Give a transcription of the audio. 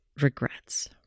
regrets